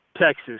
Texas